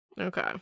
Okay